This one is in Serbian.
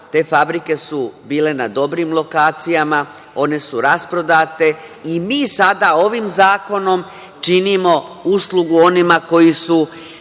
te fabrike su bile na dobrim lokacijama, one su rasprodate. Mi sada ovim zakonom činimo uslugu onima koji su